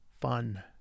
fun